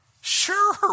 Sure